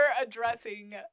addressing